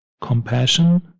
compassion